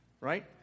Right